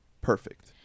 perfect